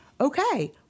okay